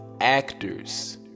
actors